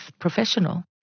professional